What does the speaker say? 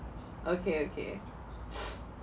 okay okay